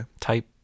type